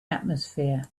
atmosphere